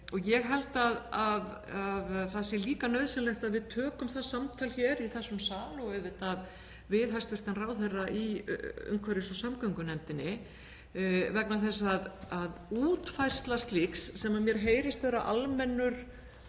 Ég held að það sé líka nauðsynlegt að við tökum það samtal hér í þessum sal og auðvitað við hæstv. ráðherra í umhverfis- og samgöngunefndinni vegna þess að útfærsla slíks, sem mér heyrist nokkuð almennur